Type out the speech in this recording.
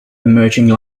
emerging